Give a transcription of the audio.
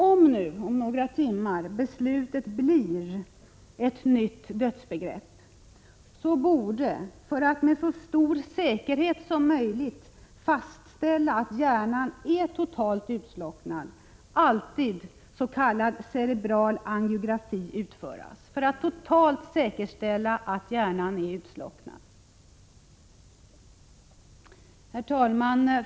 Om nu beslutet om några timmar blir ett nytt dödsbegrepp borde, för att det med total säkerhet skall kunna fastställas att hjärnan är fullständigt utslocknad, alltid s.k. cerebral angiografi utföras. Herr talman!